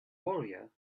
warrior